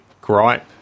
gripe